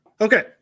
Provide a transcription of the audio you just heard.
Okay